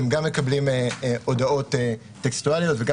שהם גם מקבלים הודעות טקסטואליות וגם